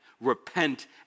Repent